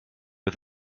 but